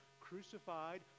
crucified